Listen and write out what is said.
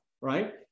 right